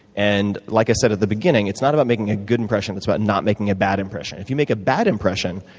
and like i said at the beginning, it's not about making a good impression, it's about not making a bad impression. if you make a bad impression,